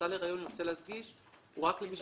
סל ההריון אני רוצה להדגיש הוא רק למי